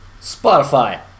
Spotify